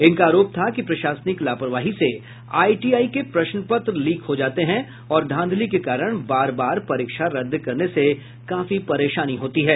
इनका आरोप था कि प्रशासनिक लापरवाही से आई टी आई के प्रश्न पत्र लीक हो जाते हैं और धांधली के कारण बार बार परीक्षा रद्द करने से काफी परेशानी होती है